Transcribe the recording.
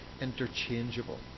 interchangeable